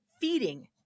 feeding